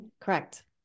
Correct